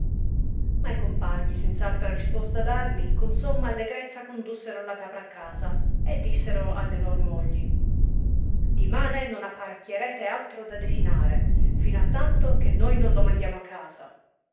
ma i compagni senz'altra risposta darli con somma allegrezza condussero la capra a casa e dissero alle lor mogli dimane non apparecchiarete altro da desinare fino a tanto che noi non lo mandiamo a casa